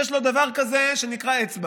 יש לו דבר כזה שנקרא אצבע